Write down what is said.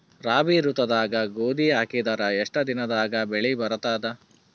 ರಾಬಿ ಋತುದಾಗ ಗೋಧಿ ಹಾಕಿದರ ಎಷ್ಟ ದಿನದಾಗ ಬೆಳಿ ಬರತದ?